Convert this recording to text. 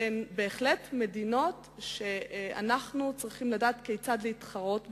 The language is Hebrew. שהן בהחלט מדינות שאנחנו צריכים לדעת כיצד להתחרות בהן.